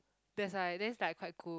there's like then is like quite cool